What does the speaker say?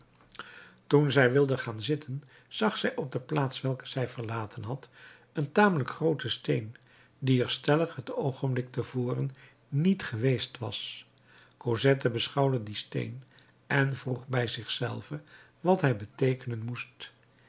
toen zij wilde gaan zitten zag zij op de plaats welke zij verlaten had een tamelijk grooten steen die er stellig het oogenblik te voren niet geweest was cosette beschouwde dien steen en vroeg bij zich zelve wat hij beteekenen moest